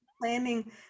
planning